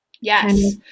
Yes